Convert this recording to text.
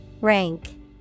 Rank